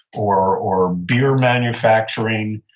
or or beer manufacturing.